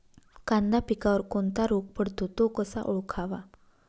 कांदा पिकावर कोणता रोग पडतो? तो कसा ओळखावा?